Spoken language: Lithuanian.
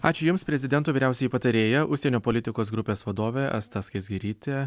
ačiū jums prezidento vyriausioji patarėja užsienio politikos grupės vadovė asta skaisgirytė